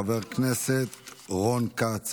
חבר הכנסת רון כץ,